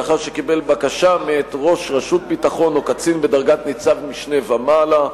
לאחר שקיבל בקשה מאת ראש רשות ביטחון או קצין בדרגת ניצב משנה ומעלה,